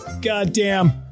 goddamn